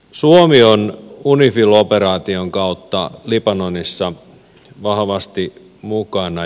suomi on unifil operaation kautta libanonissa vahvasti mukana